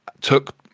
took